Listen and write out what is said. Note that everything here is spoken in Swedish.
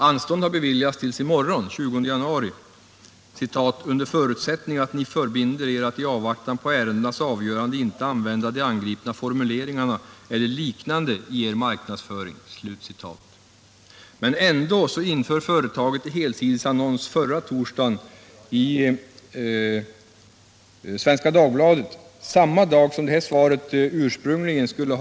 Anstånd beviljades till i morgon, således den 20 januari, ”under förutsättning att Ni förbinder Er att i avvaktan på ärendenas avgörande inte använda de angripna formuleringarna eller liknande i Er marknadsföring”. Trots denna formulering införde företaget förra torsdagen en helsidesannons om billiga glasögon i Svenska Dagbladet. Annonsen framgår av den bild som jag nu visar på TV-skärmen.